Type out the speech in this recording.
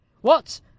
What